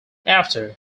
after